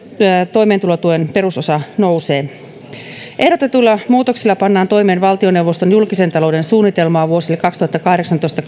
toimeentulotuen perusosa nousee ehdotetuilla muutoksilla pannaan toimeen valtioneuvoston julkisen talouden suunnitelmaa vuosille kaksituhattakahdeksantoista